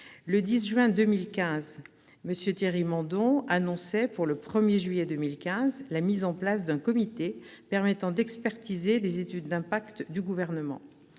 Le 10 juin 2015, M. Thierry Mandon annonçait, pour le 1 juillet 2015, la mise en place d'un comité permettant d'expertiser les études d'impact du Gouvernement.